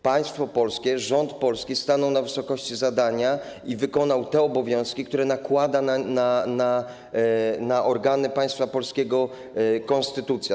Państwo polskie, rząd polski stanął na wysokości zadania i wykonał te obowiązki, które nakłada na organy państwa polskiego konstytucja.